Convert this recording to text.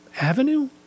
Avenue